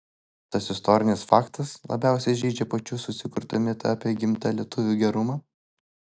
tas istorinis faktas labiausiai žeidžia pačių susikurtą mitą apie įgimtą lietuvių gerumą